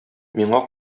миңа